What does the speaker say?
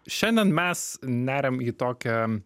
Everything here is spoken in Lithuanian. šiandien mes neriam į tokią